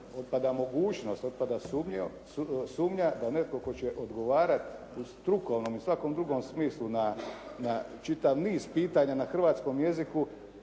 otpada mogućnost, otpada sumnja da netko tko će odgovarati u strukovnom i svakom drugom smislu na čitav niz pitanja na hrvatskom jeziku